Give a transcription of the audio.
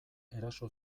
eraso